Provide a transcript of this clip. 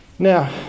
Now